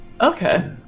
Okay